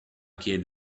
quien